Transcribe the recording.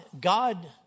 God